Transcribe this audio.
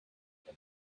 when